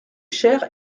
chers